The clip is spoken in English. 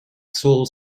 seoul